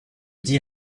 dit